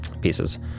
pieces